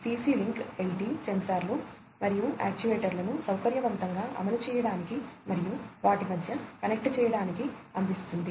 CC link LT సెన్సార్లు మరియు యాక్యుయేటర్లను సౌకర్యవంతంగా అమలు చేయడానికి మరియు వాటి మధ్య కనెక్ట్ చేయడానికి అందిస్తుంది